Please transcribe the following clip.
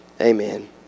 amen